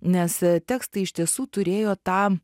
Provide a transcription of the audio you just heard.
nes tekstai iš tiesų turėjo tą